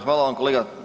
Hvala vam kolega.